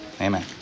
Amen